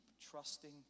trusting